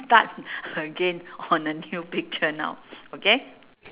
start again on a new picture now okay